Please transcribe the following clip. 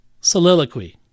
soliloquy